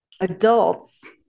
Adults